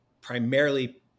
primarily